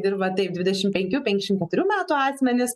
dirba taip dvidešimt penkių penkiasdešimt keturių metų asmenys